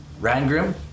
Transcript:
Rangrim